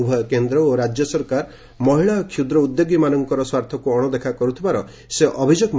ଉଭୟ କେନ୍ଦ୍ର ଓ ରାଜ୍ୟ ସରକାର ମହିଳା ଓ କ୍ଷୁଦ୍ର ଉଦ୍ୟୋଗୀମାନଙ୍କର ସ୍ୱାର୍ଥକୁ ଅଣଦେଖା କରୁଥିବା ସେ ଅଭିଯୋଗ କରିଛନ୍ତି